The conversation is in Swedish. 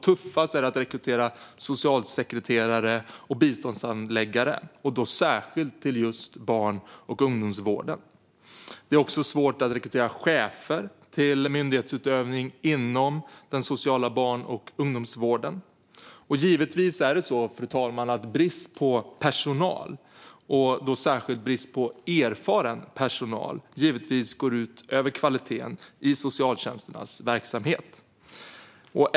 Tuffast är det att rekrytera socialsekreterare och biståndshandläggare, särskilt till just barn och ungdomsvården. Det är också svårt att rekrytera chefer till myndighetsutövning inom den sociala barn och ungdomsvården. Givetvis är det så, fru talman, att brist på personal - särskilt brist på erfaren personal - går ut över kvaliteten i socialtjänsternas verksamhet.